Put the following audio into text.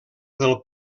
del